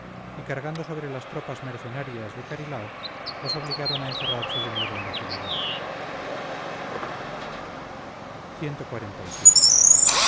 y cargando sobre las tropas mercenarias de carilao las obligaron a encerrarse de nuevo en la ciudadela cxlvii cuando